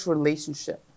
relationship